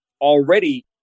already